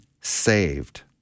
saved